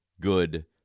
good